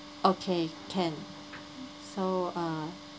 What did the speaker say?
okay can so uh